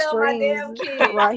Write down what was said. right